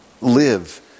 live